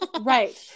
Right